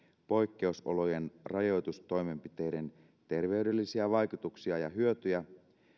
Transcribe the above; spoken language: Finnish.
poikkeusolojen rajoitustoimenpiteiden terveydellisiä vaikutuksia ja hyötyjä